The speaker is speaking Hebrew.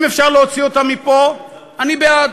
אם אפשר להוציא אותם מפה, אני בעד.